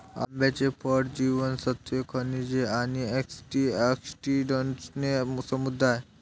आंब्याचे फळ जीवनसत्त्वे, खनिजे आणि अँटिऑक्सिडंट्सने समृद्ध आहे